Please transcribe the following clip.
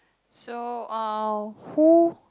so um who